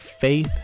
faith